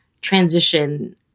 transition